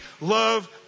love